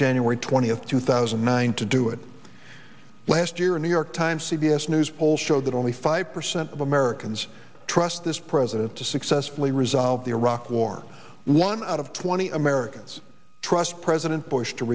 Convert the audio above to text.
twentieth two thousand and nine to do it last year in new york times c b s news poll showed that only five percent of americans trust this president to successfully resolve the iraq war one out of twenty americans trust president bush to